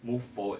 move forward